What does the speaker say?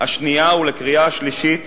השנייה ולקריאה השלישית